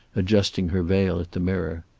adjusting her veil at the mirror.